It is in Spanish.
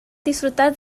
disfrutar